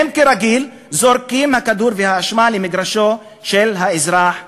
הן כרגיל זורקות את הכדור והאשמה למגרשו של האזרח הערבי.